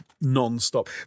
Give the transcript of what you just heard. non-stop